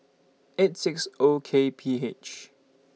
eight six O K P H